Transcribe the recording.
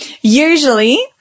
Usually-